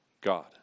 God